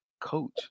coach